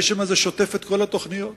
הגשם הזה שוטף את כל התוכניות